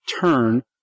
turn